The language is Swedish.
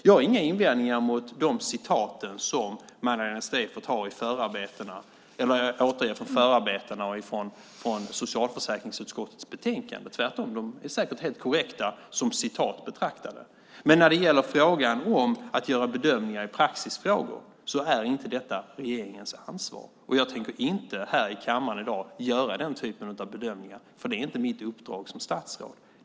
Jag har inga invändningar mot de citat som Magdalena Streijffert återger från förarbetena och från socialförsäkringsutskottets betänkande. Tvärtom! De är säkert helt korrekta som citat betraktade. Men när det gäller frågan om att göra bedömningar i praxisfrågor är inte detta regeringens ansvar. Jag tänker inte i kammaren i dag göra den typen av bedömningar eftersom det inte är mitt uppdrag som statsråd.